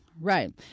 Right